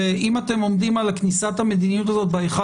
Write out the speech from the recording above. אם אתם עומדים על כניסת המדיניות הזו ב-1